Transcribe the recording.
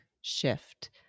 Shift